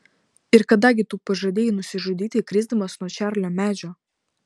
ir kada gi tu pažadėjai nusižudyti krisdamas nuo čarlio medžio